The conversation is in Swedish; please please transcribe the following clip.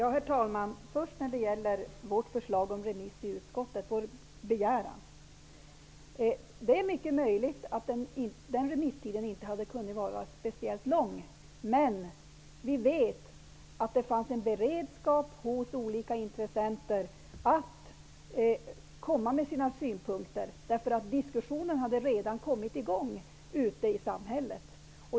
Herr talman! Först till vår begäran i utskottet om remiss. Det är mycket möjligt att remisstiden inte kunde ha blivit speciellt lång, men vi vet att det fanns en beredskap hos olika intressenter att framföra sina synpunkter -- diskussionen hade redan kommit i gång ute i samhället.